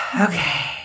Okay